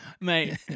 Mate